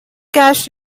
cash